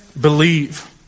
believe